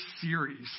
series